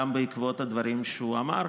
גם בעקבות הדברים שהוא אמר.